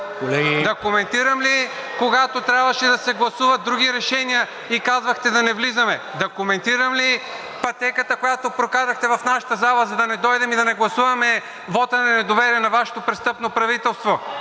Да коментирам ли, когато трябваше да се гласуват други решения и казвахте да не влизаме?! Да коментирам ли пътеката, която прокарахте в нашата зала, за да не дойдем и да не гласуваме вота на недоверие на Вашето престъпно правителство?!